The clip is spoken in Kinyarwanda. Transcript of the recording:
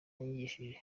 yanyigishije